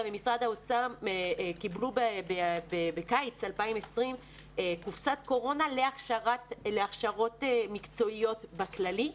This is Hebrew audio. ומשרד האוצר קיבלו בקיץ 2020 קופסת קורונה להכשרות מקצועיות בכללית.